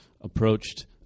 approached